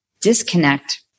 disconnect